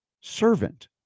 servant